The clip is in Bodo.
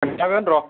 खोनथागोन र'